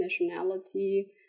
nationality